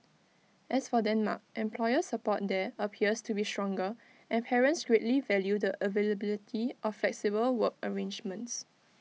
as for Denmark employer support there appears to be stronger and parents greatly value the availability of flexible work arrangements